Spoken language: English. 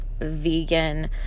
vegan